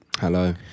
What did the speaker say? Hello